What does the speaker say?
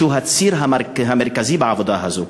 הוא הציר המרכזי בעבודה הזאת.